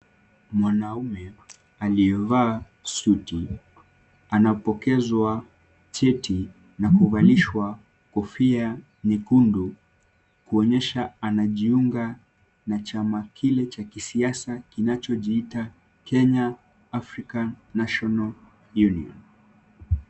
Mwanaume aliyevaa suti anapokezwa cheti na kuvalishwa kofia nyekundu kuonyesha anajiunga na chama kile cha kisiasa kinachojiita Kenya Africa National Union.